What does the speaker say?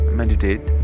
meditate